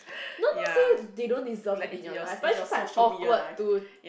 no don't say they don't deserve to be in your life but is just awkward to